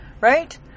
Right